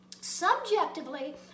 Subjectively